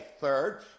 Third